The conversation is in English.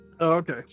Okay